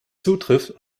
zutrifft